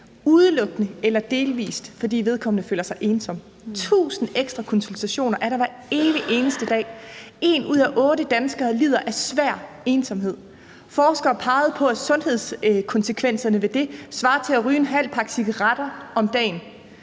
udelukkende eller delvis fordi vedkommende føler sig ensom. Det er tusind ekstra konsultationer hver evig eneste dag, og en ud af otte danskere lider af svær ensomhed. Forskere peger på, at sundhedskonsekvenserne ved det svarer til at ryge en halv pakke cigaretter om dagen.